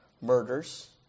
murders